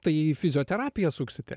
tai į fizioterapiją suksite